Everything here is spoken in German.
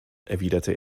erwiderte